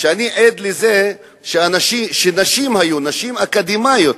אני עד לזה שהיו נשים אקדמאיות